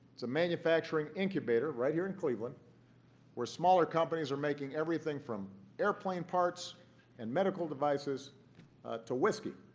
it's a manufacturing incubator right here in cleveland where smaller companies are making everything from airplane parts and medical devices to whiskey.